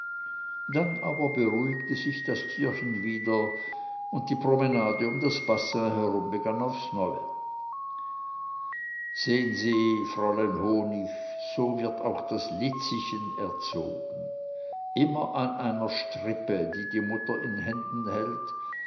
dann aber beruhigte sich das tierchen wieder und die promenade um das bassin herum begann aufs neue sehen sie fräulein honig so wird auch das lizzichen erzogen immer an einer strippe die die mutter in händen hält